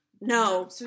No